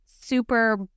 super